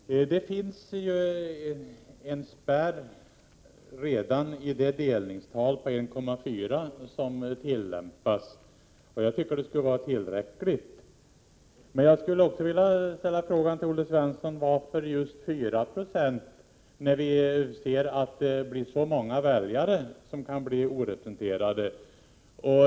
Herr talman! Det finns ju en spärr redan i det delningstal på 1,4 som tillämpas. Detta borde vara tillräckligt. Men varför, Olle Svensson, måste spärren ligga vid just 4 96, när vi ser att det därmed blir så många väljare som kan bli orepresenterade?